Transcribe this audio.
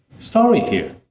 story here.